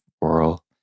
oral